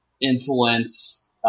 influence